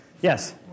Yes